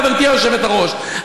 חברתי היושבת-ראש,